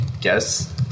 guess